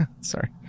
Sorry